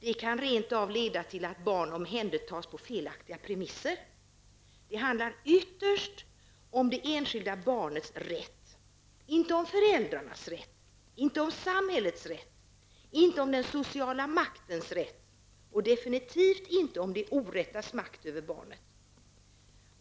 Det kan rent av leda till att barn omhändertas på felaktiga premisser. Det handlar ytterst om det enskilda barnets rätt, inte om föräldrarnas rätt, inte om samhällets rätt, inte om den sociala maktens rätt och definitivt inte om det orättas makt över barnet.